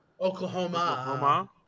Oklahoma